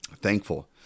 thankful